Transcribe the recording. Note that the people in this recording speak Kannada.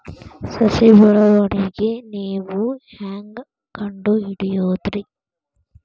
ಸಸಿ ಬೆಳವಣಿಗೆ ನೇವು ಹ್ಯಾಂಗ ಕಂಡುಹಿಡಿಯೋದರಿ?